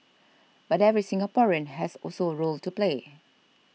but every Singaporean has also a role to play